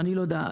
אני לא יודע.